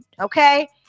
Okay